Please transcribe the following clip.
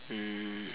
mm